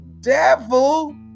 devil